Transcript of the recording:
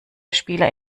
spieler